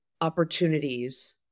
opportunities